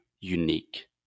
unique